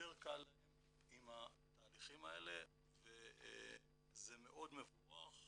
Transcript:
יותר קל להם עם התהליכים האלה וזה מאד מבורך.